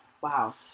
Wow